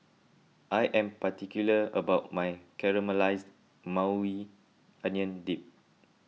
I am particular about my Caramelized Maui Onion Dip